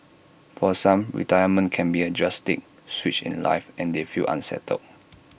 for some retirement can be A drastic switch in life and they feel unsettled